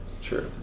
Sure